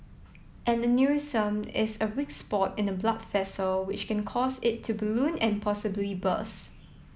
an aneurysm is a weak spot in a blood vessel which can cause it to balloon and possibly burst